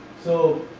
so,